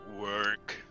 work